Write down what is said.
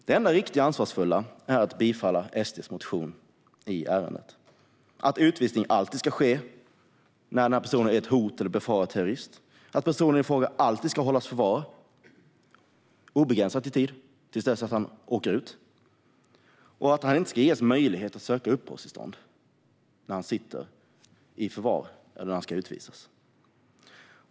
Det enda ansvarsfulla är att tillstyrka SD:s motion i ärendet om att utvisning alltid ska ske när en person utgör ett hot eller är en möjlig terrorist, att han alltid ska hållas i förvar under obegränsad tid tills han åker ut och att han inte ska ges möjlighet att söka uppehållstillstånd när han sitter i förvar eller ska utvisas.